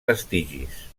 vestigis